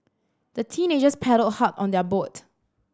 the teenagers paddled hard on their boat